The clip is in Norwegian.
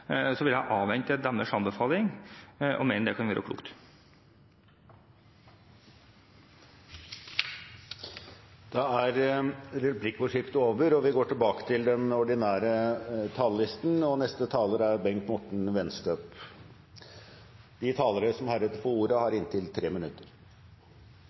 vil jeg avvente deres anbefaling – og mener det kan være klokt. Replikkordskiftet er omme. De talere som heretter får ordet, har en taletid på inntil 3 minutter. Jeg tror alle er